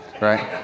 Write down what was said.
right